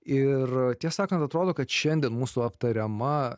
ir tiesą sakant atrodo kad šiandien mūsų aptariama